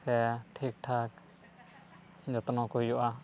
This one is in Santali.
ᱥᱮ ᱴᱷᱤᱠ ᱴᱷᱟᱠ ᱡᱚᱛᱱᱚ ᱠᱚ ᱦᱩᱭᱩᱜᱼᱟ